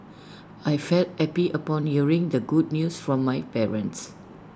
I felt happy upon hearing the good news from my parents